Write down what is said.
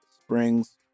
Springs